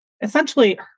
essentially